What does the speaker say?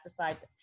pesticides